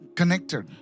connected